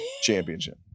championship